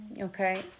okay